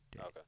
Okay